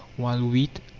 while wheat,